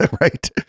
right